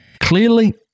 Clearly